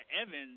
Evans